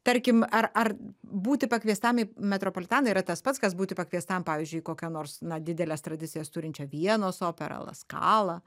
tarkim ar ar būti pakviestam į metropolitaną yra tas pats kas būti pakviestam pavyzdžiui į kokia nors na dideles tradicijas turinčią vienos operą la skalą